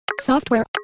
Software